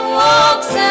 walks